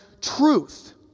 truth